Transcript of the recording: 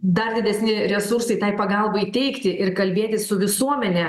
dar didesni resursai tai pagalbai teikti ir kalbėtis su visuomene